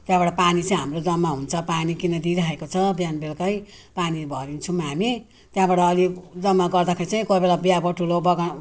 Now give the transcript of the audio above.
त्यहाँबाट पानी चाहिँ हाम्रो जमा हुन्छ पानी किन दिइरहेको छ बिहान बेलुकै पानी भरिदिन्छौँ हामी त्यहाँबाट अलिक जमा गर्दाखेरि चाहिँ कोही बेला बिहाबटुलो बगान